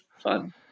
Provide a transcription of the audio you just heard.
fun